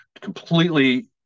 completely